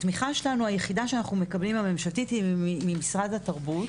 התמיכה שלנו היחידה שאנחנו מקבלים הממשלתית היא ממשרד התרבות.